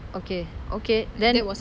okay okay then